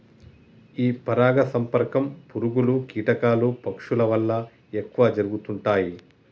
ఈ పరాగ సంపర్కం పురుగులు, కీటకాలు, పక్షుల వల్ల ఎక్కువ జరుగుతుంటాయి